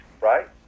Right